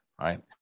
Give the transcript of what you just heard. Right